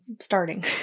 starting